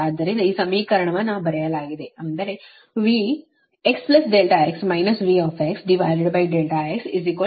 ಆದ್ದರಿಂದ ಈ ಸಮೀಕರಣವನ್ನು ಬರೆಯಲಾಗಿದೆ ಅಂದರೆ Vx∆x V∆x z∆x